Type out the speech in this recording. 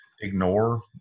ignore